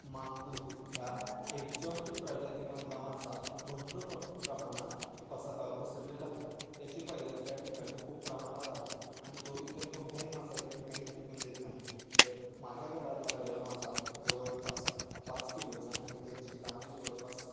मांगुर ह्या एक्झॉटिक प्रजातीमधला मासा भरपूर प्र प्रमाणात पस पसरलेला आहे त्याची पैदास त्या ठिकाणी खूप प्रमाणात आहे आणि तो इतर कोणताही मासा त्या ठिकाणी टिकून देत नाही तर माझ्या गळाला लागलेला मासा जवळपास पाच किलोचा आणि त्याची लांबी जवळपास